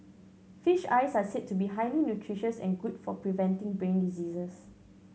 fish eyes are said to be highly nutritious and good for preventing brain diseases